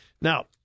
Now